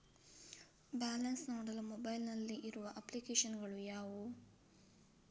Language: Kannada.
ಬ್ಯಾಲೆನ್ಸ್ ನೋಡಲು ಮೊಬೈಲ್ ನಲ್ಲಿ ಇರುವ ಅಪ್ಲಿಕೇಶನ್ ಗಳು ಯಾವುವು?